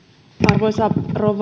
arvoisa rouva puhemies